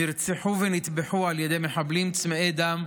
נרצחו ונטבחו על ידי מחבלים צמאי דם,